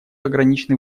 ограничены